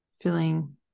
feeling